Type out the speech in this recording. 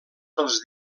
pels